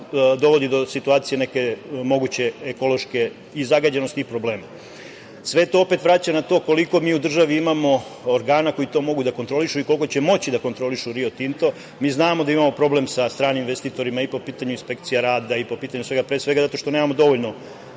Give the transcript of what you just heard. dovodi do situacije neke moguće ekološke i zagađenosti i problema. Sve to opet vraća na to koliko mi u državi imamo organa koji to mogu da kontrolišu i koliko će moći da kontrolišu „Rio Tinta“. Mi znamo da imamo problem sa stranim investitorima i po pitanju inspekcija rada i po pitanju svega, pre svega što nemamo brojčano